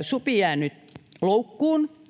supi jäänyt loukkuun.